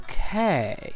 Okay